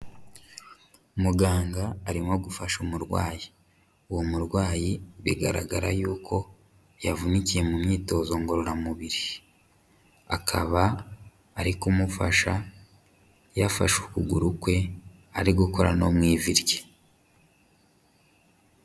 Muganga arimo gufasha umurwayi, uwo murwayi bigaragara yuko yavunikiye mu myitozo ngororamubiri, akaba ari kumufasha yafashe ukuguru kwe, ari gukora no mu ivi rye.